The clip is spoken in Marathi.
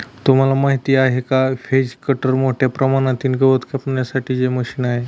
तुम्हाला माहिती आहे का? व्हेज कटर मोठ्या प्रमाणातील गवत कापण्यासाठी चे मशीन आहे